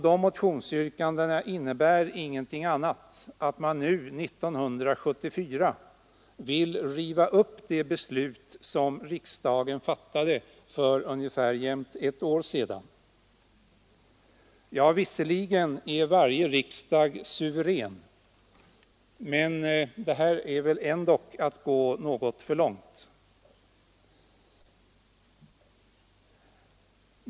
Dessa motionsyrkanden innebär ingenting annat än att man nu, 1974, vill riva upp det beslut som riksdagen fattade för nästan jämnt ett år sedan. Visserligen är varje riksdag suverän, men det här är väl ändå att gå något för långt.